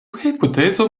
hipotezo